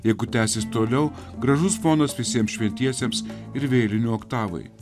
jeigu tęsis toliau gražus ponas visiems šventiesiems ir vėlinių oktavai